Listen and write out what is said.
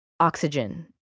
oxygen